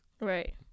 right